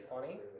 funny